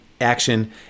action